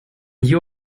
you